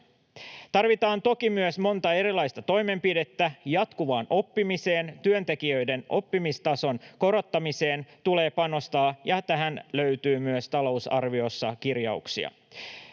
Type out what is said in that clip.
Tarvitaan toki myös monta erilaista toimenpidettä jatkuvaan oppimiseen. Työntekijöiden oppimistason korottamiseen tulee panostaa, ja tähän löytyy myös talousarviossa kirjauksia.